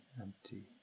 empty